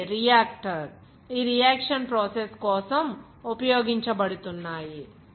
ఇవి రియాక్టర్ ఈ reaction process కోసం ఉపయోగించబడుతున్నాయి